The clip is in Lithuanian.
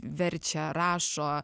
verčia rašo